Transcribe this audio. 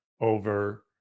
over